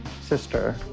sister